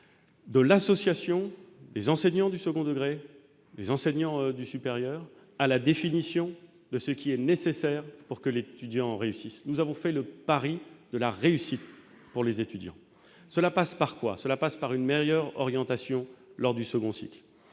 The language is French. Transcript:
de l'association des enseignants du second degré et des enseignants du supérieur à la définition de ce qui est nécessaire pour que l'étudiant réussisse. Nous avons fait le pari de la réussite pour les étudiants ! Cela passe par une meilleure orientation lors du second cycle